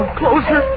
closer